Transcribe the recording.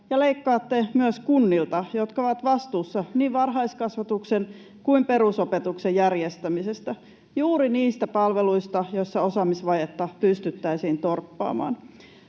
ja leikkaatte myös kunnilta, jotka ovat vastuussa niin varhaiskasvatuksen kuin perusopetuksen järjestämisestä — juuri niistä palveluista, joissa osaamisvajetta pystyttäisiin torppaamaan.